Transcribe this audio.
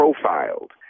profiled